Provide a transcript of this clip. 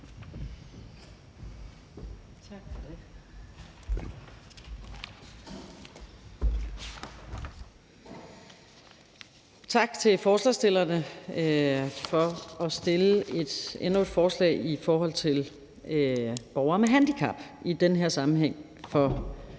Tak til forslagsstillerne for at fremsætte endnu et forslag vedrørende borgere med handicap, i den her sammenhæng